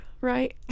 right